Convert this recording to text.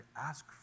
ask